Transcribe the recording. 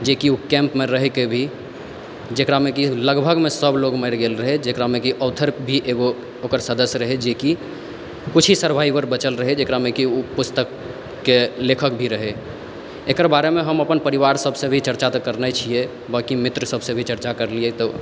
जे कि ओ केम्प मे रहैके भी जेकरामे कि लगभगमे सब लोग मरि गेल रहै जेकरामे कि ऑथर भी एगो ओकर सदस्य रहै जे कि किछु ही सर्वाइवल बचल रहै जेकरामे कि ओ पुस्तक के लेखक भी रहै एकर बारेमे हम अपन परिवार सब सॅं भी चरचा करने छियै मित्र सब सऽ भी चरचा करलियै तऽ